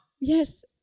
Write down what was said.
yes